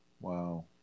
Wow